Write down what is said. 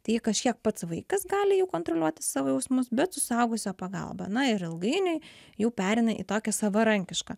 tai kažkiek pats vaikas gali jau kontroliuoti savo jausmus bet su suaugusio pagalba na ir ilgainiui jau pereina į tokią savarankišką